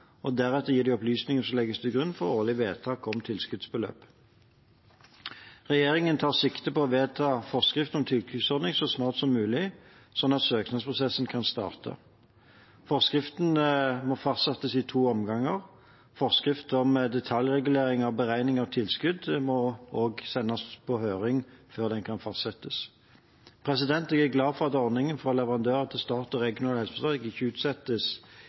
og deretter gir de opplysninger som legges til grunn for årlig vedtak om tilskuddsbeløp. Regjeringen tar sikte på å vedta forskriften om tilskuddsordning så snart som mulig, sånn at søknadsprosessen kan starte. Forskriften må fastsettes i to omganger. Forskrift om detaljregulering av beregning av tilskudd må også sendes på høring før den kan fastsettes. Jeg er glad for at ordningen for leverandører til stat og regionale helseforetak ikke utsettes